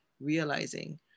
realizing